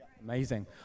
Amazing